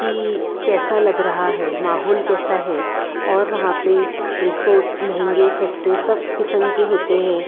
कि कैसा लग रहा है माहौल कैसा है और वहाँ पर रिसोर्ट महंगे सस्ते सब किसम के होते हैं